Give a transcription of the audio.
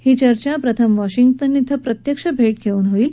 ही चर्चा प्रथम वॉशिंग्टन क्वें प्रत्यक्ष भेट घेऊन होईल